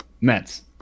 Mets